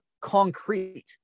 concrete